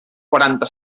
quaranta